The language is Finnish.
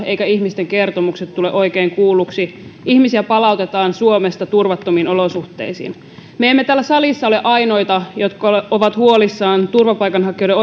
eivätkä ihmisten kertomukset tule oikein kuulluksi ihmisiä palautetaan suomesta turvattomiin olosuhteisiin me emme täällä salissa ole ainoita jotka ovat huolissaan turvapaikanhakijoiden